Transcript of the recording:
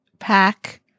pack